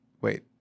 Wait